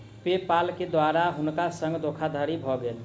पे पाल के द्वारा हुनका संग धोखादड़ी भ गेल